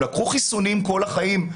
הם לקחו חיסונים כל החיים,